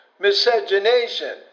miscegenation